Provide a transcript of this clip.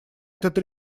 этот